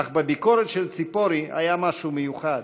אך בביקורת של ציפורי היה משהו מיוחד: